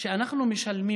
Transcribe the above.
שאנחנו משלמים.